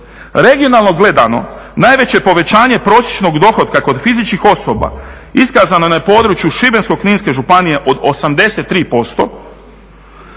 Regionalno gledano najveće povećanje prosječnog dohotka kod fizičkih osoba iskazano je na području Šibensko-kninske županije od 83%,